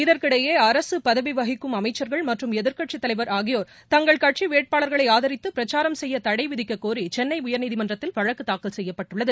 இதற்கிடையே அரசு பதவி வகிக்கும் அமைச்சர்கள் மற்றும் எதிர்க்கட்சித் தலைவர் ஆகியோர் தங்கள் கட்சி வேட்பாளர்களை ஆதரித்து பிரச்சாரம் செய்ய தடை விதிக்கக்கோரி சென்னை உயர்நீதிமன்றத்தில் வழக்கு தாக்கல் செய்யப்பட்டுள்ளது